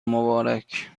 مبارک